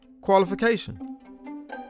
qualification